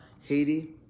Haiti